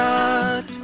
God